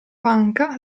panca